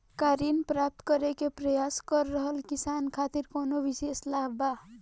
का ऋण प्राप्त करे के प्रयास कर रहल किसान खातिर कउनो विशेष लाभ बा?